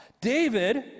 David